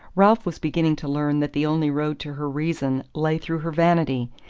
ralph was beginning to learn that the only road to her reason lay through her vanity,